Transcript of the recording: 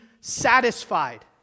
satisfied